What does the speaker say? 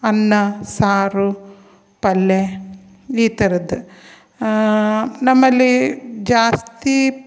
ಅನ್ನ ಸಾರು ಪಲ್ಯ ಈ ಥರದ್ದು ನಮ್ಮಲ್ಲಿ ಜಾಸ್ತಿ